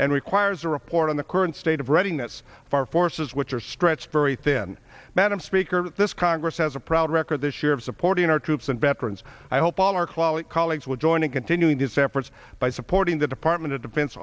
and requires a report on the current state of writing that's far forces which are stretched very thin madam speaker this congress has a proud record this year of supporting our troops and veterans i hope all our quality colleagues will join in continuing his efforts by supporting the department of defen